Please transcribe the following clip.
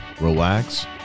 relax